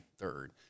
third